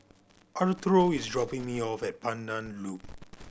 Arturo is dropping me off at Pandan Loop